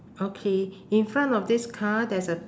okay in front of this car there's a